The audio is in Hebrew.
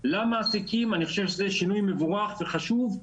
למעסיקים אני חושב שזה שינוי מבורך וחשוב.